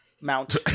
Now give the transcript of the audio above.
mount